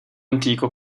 antico